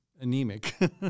anemic